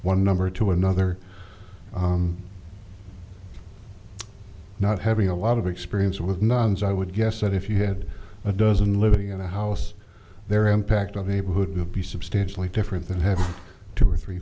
one number to another not having a lot of experience with nuns i would guess that if you had a dozen living in a house there impact of abel hood would be substantially different than having two or three